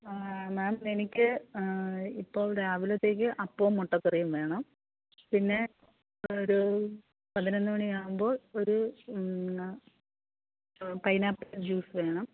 മാം എനിക്ക് ഇപ്പോൾ രാവിലത്തേക്ക് അപ്പവും മുട്ടക്കറിയും വേണം പിന്നെ ഒരു പതിനൊന്ന് മണി ആവുമ്പോൾ ഒരു പൈനാപ്പിൾ ജ്യൂസ് വേണം